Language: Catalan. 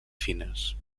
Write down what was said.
fines